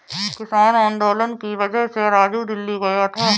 किसान आंदोलन की वजह से राजू दिल्ली गया था